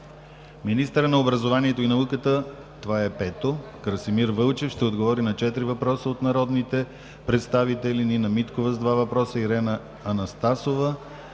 министъра на образованието и науката Красимир Вълчев ще отговори на четири въпроса от народните представители Нина Миткова – два въпроса, Ирена Анастасова